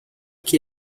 que